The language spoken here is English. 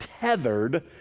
tethered